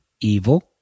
evil